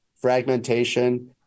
fragmentation